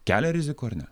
kelia rizikų ar ne